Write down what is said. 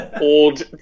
old